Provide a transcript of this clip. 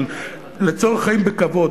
לצורך חיים בכבוד,